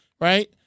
Right